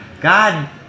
God